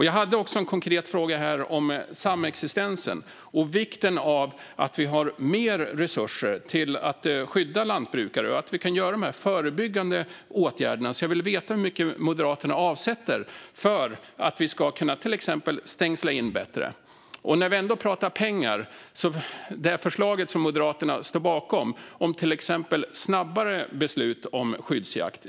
Jag ställde också en konkret fråga om samexistensen och vikten av mer resurser för att skydda lantbrukare och till de förebyggande åtgärderna. Jag vill veta hur mycket Moderaterna avsätter till exempel för att vi ska kunna stängsla in bättre. När vi ändå pratar om pengar vill jag ta upp förslaget om snabbare beslut om skyddsjakt som Moderaterna står bakom.